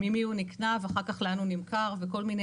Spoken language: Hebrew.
ממי הוא נקנה ואחר כך לאן הוא נמכר וכל מיני